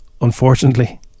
unfortunately